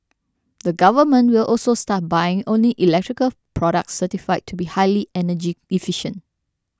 the government will also start buying only electrical products certified to be highly energy efficient